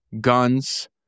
guns